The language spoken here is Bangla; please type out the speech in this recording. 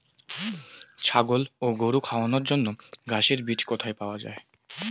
ছাগল ও গরু খাওয়ানোর জন্য ঘাসের বীজ কোথায় পাওয়া যায়?